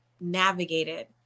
navigated